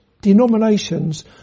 denominations